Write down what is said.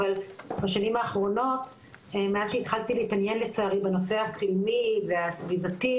אבל בשנים האחרונות מאז שהתחלתי להתעניין לצערי בנושא הקיומי והסביבתי,